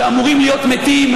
שאמורים להיות מתים,